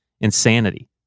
insanity